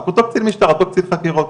קצין חקירות,